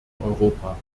europa